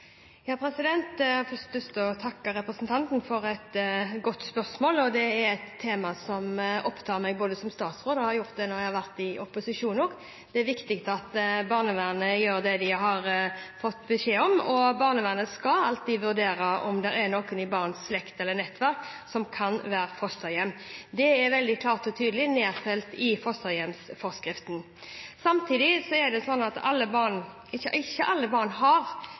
først lyst til å takke representanten for et godt spørsmål. Dette er et tema som opptar meg nå som statsråd, og det gjorde det da jeg var i opposisjon. Det er viktig at barnevernet gjør det de har fått beskjed om, og de skal alltid vurdere om det er noen i barnets slekt eller nettverk som kan være fosterhjem. Dette er veldig klart og tydelig nedfelt i fosterhjemsforskriften. Samtidig er det også slik at ikke alle barn